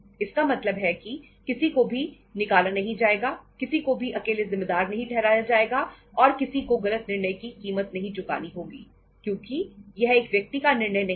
इसका मतलब है कि किसी को भी निकाला नहीं जाएगा किसी को भी अकेले जिम्मेदार नहीं ठहराया जाएगा और किसी को गलत निर्णय की कीमत नहीं चुकानी होगी क्योंकि यह एक व्यक्ति का निर्णय नहीं था